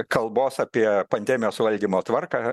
kalbos apie pandemijos suvaldymo tvarką